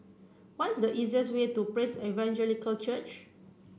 what is the easiest way to Praise Evangelical Church